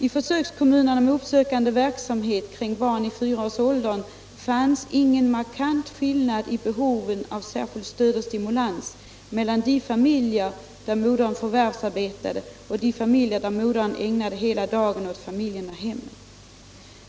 I försökskommunerna med uppsökande verksamhet kring barn i 4-årsåldern fanns ingen markant skillnad i behoven av särskilt stöd och stimulans mellan de familjer, där modern förvärvsarbetade och de familjer där modern ägnade hela dagen åt familjen och hemmet.